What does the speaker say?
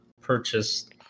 purchased